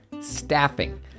staffing